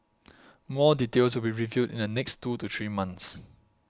more details will be revealed in the next two to three months